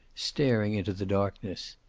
staring into the darkness.